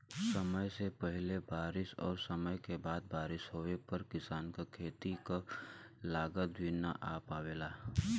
समय से पहिले बारिस और समय के बाद बारिस होवे पर किसान क खेती क लागत भी न आ पावेला